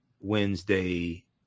Wednesday